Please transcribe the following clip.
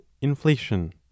inflation